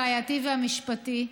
הראייתי והמשפטי,